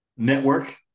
network